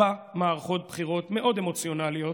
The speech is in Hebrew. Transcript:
ארבע מערכות בחירות מאוד אמוציונליות,